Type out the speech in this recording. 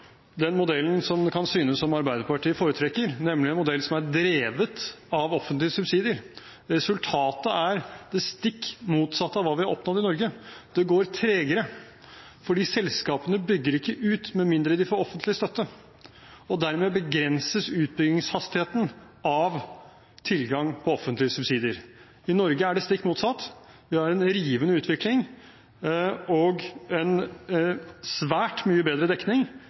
den modellen som det kan synes som Arbeiderpartiet foretrekker, nemlig en modell som er drevet av offentlige subsidier. Resultatet er det stikk motsatte av hva vi har oppnådd i Norge. Det går tregere, for selskapene bygger ikke ut med mindre de får offentlig støtte. Dermed bestemmes utbyggingshastigheten av tilgangen på offentlige subsidier. I Norge er det stikk motsatt. Vi har en rivende utvikling og svært mye bedre dekning